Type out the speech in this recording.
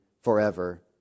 forever